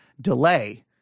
delay